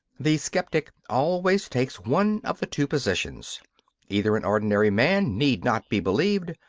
the sceptic always takes one of the two positions either an ordinary man need not be believed,